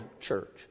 church